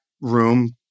room